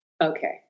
Okay